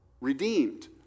redeemed